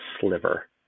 sliver